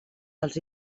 dels